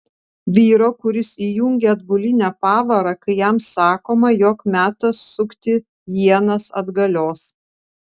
vyro kuris įjungia atbulinę pavarą kai jam sakoma jog metas sukti ienas atgalios